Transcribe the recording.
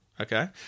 Okay